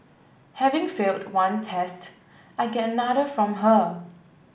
having failed one test I get another from her